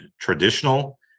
traditional